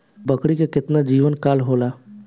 बकरी के केतना जीवन काल होला?